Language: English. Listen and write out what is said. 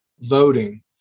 voting